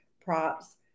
props